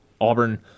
Auburn